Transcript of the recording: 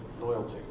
loyalty